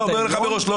לא,